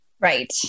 Right